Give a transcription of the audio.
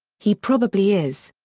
he probably is.